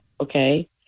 Okay